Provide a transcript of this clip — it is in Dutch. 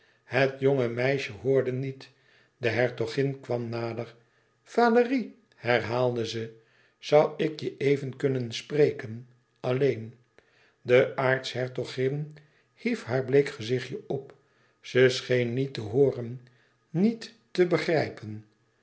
het jonge meisje hoorde niet de hertogin kwam nader valérie herhaalde ze zoû ik je even kunnen spreken alleen de aartshertogin hief haar bleek gezichtje op ze scheen niet te hooren niet te begrijpen